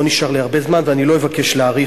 לא נשאר לי הרבה זמן ולא אבקש להאריך.